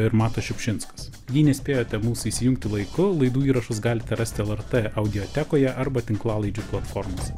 ir matas šiupšinskas jei nespėjote mūsų įsijungti laiku laidų įrašus galite rastilrt audiotekoje arba tinklalaidžių platformose